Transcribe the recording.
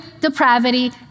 depravity